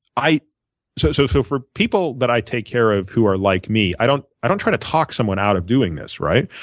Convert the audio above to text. so so so for people that i take care of who are like me, i don't i don't try to talk someone out of doing this, right.